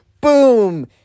Boom